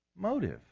motive